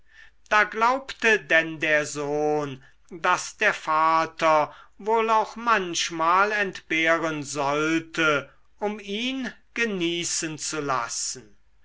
da glaubte denn der sohn daß der vater wohl auch manchmal entbehren sollte um ihn genießen zu lassen